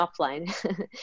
offline